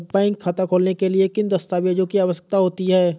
Bank खाता खोलने के लिए किन दस्तावेजों की आवश्यकता होती है?